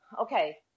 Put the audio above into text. okay